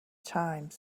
time